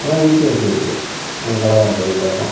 இல்லைனா விகேசி இருக்குது நாங்கள் கடைக்காரருகிட்ட போய் கேட்டோம்